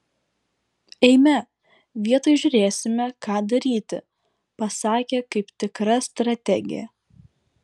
eime vietoj žiūrėsime ką daryti pasakė kaip tikra strategė